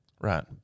Right